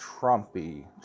Trumpy